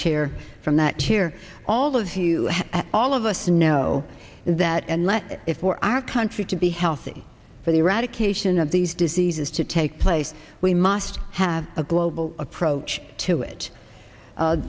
chair from that chair all of you all of us know that and let it for our country to be healthy for the eradication of these diseases to take place we must have a global approach to it